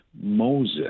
Moses